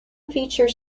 features